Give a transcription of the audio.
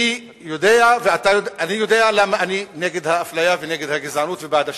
אני יודע למה אני נגד האפליה ונגד הגזענות ובעד השוויון.